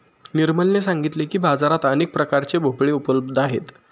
निर्मलने सांगितले की, बाजारात अनेक प्रकारचे भोपळे उपलब्ध आहेत